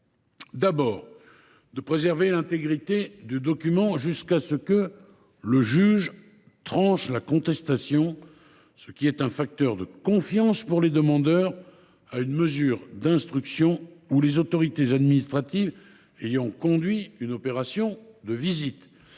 d’abord, de préserver l’intégrité du document jusqu’à ce que le juge tranche la contestation, ce qui est un facteur de confiance pour les demandeurs à une mesure d’instruction ou pour les autorités administratives ayant conduit une opération de visite.